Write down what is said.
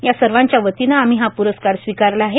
या सर्वाच्यावतीने आम्ही हा प्रस्कार स्वीकारला आहे